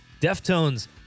Deftones